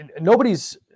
nobody's